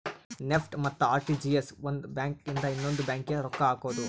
NEFT ಮತ್ತ RTGS ಒಂದ್ bank ಇಂದ ಇನ್ನೊಂದು ಬ್ಯಾಂಕ್ ಗೆ ರೊಕ್ಕ ಹಕೋದು